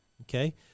Okay